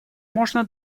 можно